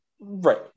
right